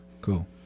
Cool